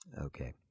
Okay